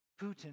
Putin